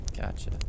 gotcha